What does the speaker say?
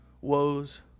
woes